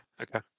Okay